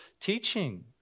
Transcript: teaching